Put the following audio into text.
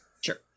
Sure